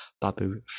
Babu